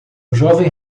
jovem